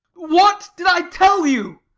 what did i tell you?